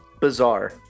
bizarre